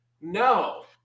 no